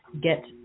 get